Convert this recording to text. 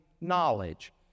knowledge